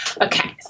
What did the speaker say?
Okay